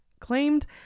claimed